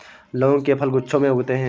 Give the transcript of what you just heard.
लौंग के फल गुच्छों में उगते हैं